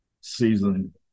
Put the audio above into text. season